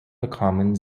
bekommen